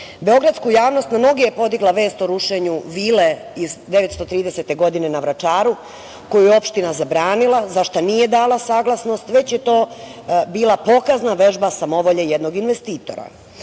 beogradsku javnost na noge je podigla vest o rušenju vile iz 1930. godine na Vračaru, koju je opština zabranila, za šta nije dala saglasnost, već je to bila pokazna vežba samovolje jednog investitora.